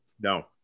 No